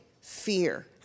fear